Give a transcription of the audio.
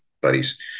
buddies